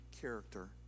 character